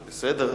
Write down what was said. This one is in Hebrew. בסדר.